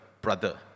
brother